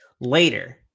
later